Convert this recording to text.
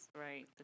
right